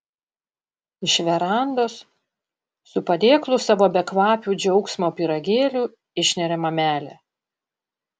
iš verandos su padėklu savo bekvapių džiaugsmo pyragėlių išneria mamelė